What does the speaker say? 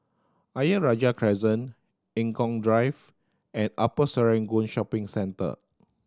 Ayer Rajah Crescent Eng Kong Drive and Upper Serangoon Shopping Centre